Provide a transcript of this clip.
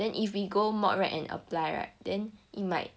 then if we go module rack and apply [right] then you might